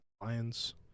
Lions